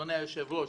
אדוני היושב-ראש,